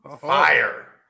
fire